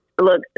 Look